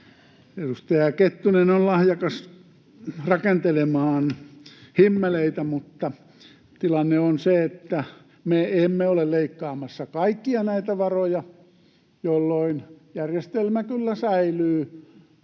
Edustaja Kettunen on lahjakas rakentelemaan himmeleitä, mutta tilanne on se, että me emme ole leikkaamassa kaikkia näitä varoja, jolloin järjestelmä kyllä säilyy,